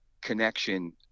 connection